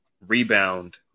rebound